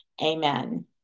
amen